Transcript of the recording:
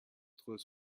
trois